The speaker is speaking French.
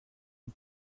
une